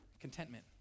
contentment